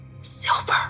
Silver